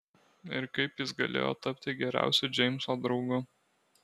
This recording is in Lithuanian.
ir kaip jis galėjo tapti geriausiu džeimso draugu